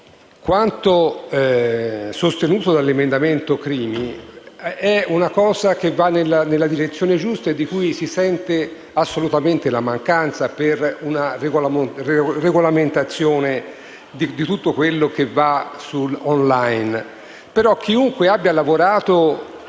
quanto sostenuto dall'emendamento Crimi va nella direzione giusta, perché si sente assolutamente la mancanza di una regolamentazione di tutto quello che va *online*.